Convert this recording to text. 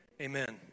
amen